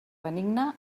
benigne